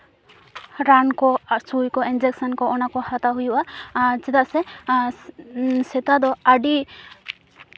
ᱨᱟᱱ ᱠᱚ ᱟᱨ ᱥᱩᱭ ᱠᱚ ᱤᱱᱡᱮᱠᱥᱮᱱ ᱚᱱᱟᱠᱚ ᱦᱟᱛᱟᱣ ᱦᱩᱭᱩᱜᱼᱟ ᱪᱮᱫᱟᱜ ᱥᱮ ᱥᱮᱛᱟ ᱫᱚ ᱟᱹᱰᱤ